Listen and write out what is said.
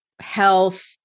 health